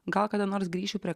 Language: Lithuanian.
gal kada nors grįšiu prie